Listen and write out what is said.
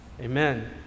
Amen